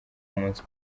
umunsi